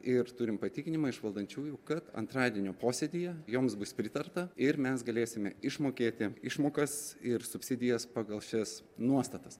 ir turim patikinimą iš valdančiųjų kad antradienio posėdyje joms bus pritarta ir mes galėsime išmokėti išmokas ir subsidijas pagal šias nuostatas